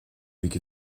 mhic